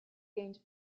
gained